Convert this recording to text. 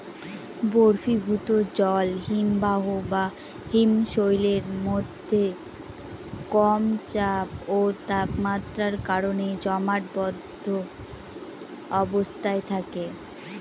বরফীভূত জল হিমবাহ বা হিমশৈলের মধ্যে কম চাপ ও তাপমাত্রার কারণে জমাটবদ্ধ অবস্থায় থাকে